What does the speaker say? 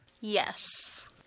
yes